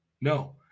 No